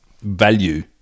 value